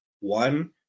one